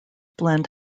blend